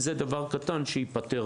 זהו דבר קטן שייפתר